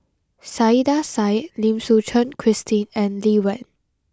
Saiedah Said Lim Suchen Christine and Lee Wen